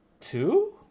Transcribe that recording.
two